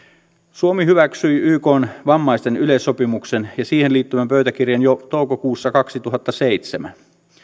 suomi hyväksyi ykn vammaisten yleissopimuksen ja siihen liittyvän pöytäkirjan jo toukokuussa kaksituhattaseitsemän